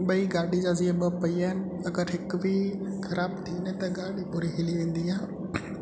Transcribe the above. ॿई गाॾी जा जीअं ॿ पहिया आहिनि अगरि हिक बि ख़राबु थी वञे त गाॾी पूरी हिली वेंदी आहे